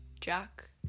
Jack